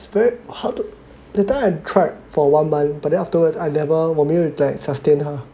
but do you it's very how t~ that time I tried for one month but then afterwards I never 我没有我没有 sustained 他